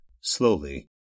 slowly